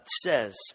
says